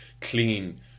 clean